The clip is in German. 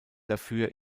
dafür